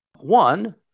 one